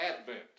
Advent